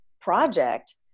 project